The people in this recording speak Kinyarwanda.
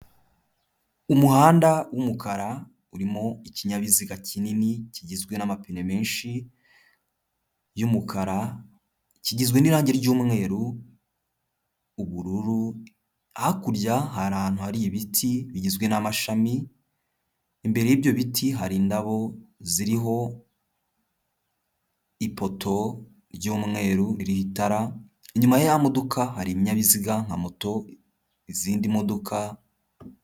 Umuhanda w'umukara urimo ikinyabiziga kinini kigizwe n'amapine menshi y'umukara, kigizwe n'irange ry'umweru, ubururu, hakurya hari ahantu hari ibiti bigizwe n'amashami, imbere y'ibyo biti hari indabo ziriho ipoto ry'umweru ririho itara, inyuma ya ya modoka hari ibinyabiziga nka moto, izindi modoka.